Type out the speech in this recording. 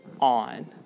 on